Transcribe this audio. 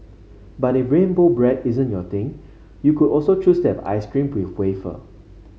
but if rainbow bread isn't your thing you could also choose to have ice cream with wafer